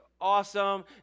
awesome